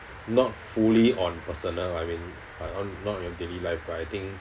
not fully on personal I mean uh on not your daily life but I think